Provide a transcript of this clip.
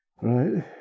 Right